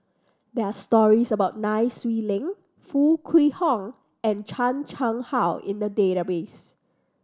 there are stories about Nai Swee Leng Foo Kwee Horng and Chan Chang How in the database